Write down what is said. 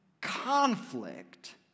conflict